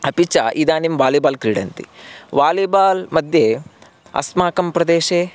अपि च इदानीं वालिबाल् क्रीडन्ति वालिबाल्मध्ये अस्माकं प्रदेशे